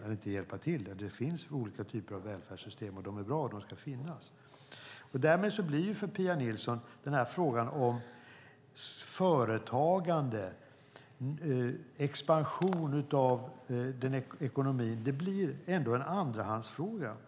Eller, inte hjälpa till - det finns olika typer av välfärdssystem, och de är bra. De ska finnas. För Pia Nilsson blir frågan om företagande och expansion av ekonomin en andrahandsfråga.